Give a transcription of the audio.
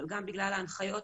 אבל גם בגלל ההנחיות